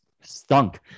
stunk